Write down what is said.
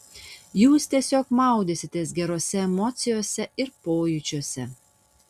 jūs tiesiog maudysitės gerose emocijose ir pojūčiuose